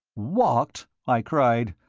walked? i cried.